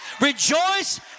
Rejoice